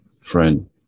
friend